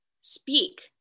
Speak